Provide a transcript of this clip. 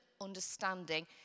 understanding